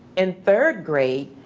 in third grade,